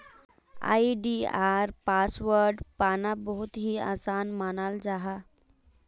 आई.डी.आर password पाना बहुत ही आसान मानाल जाहा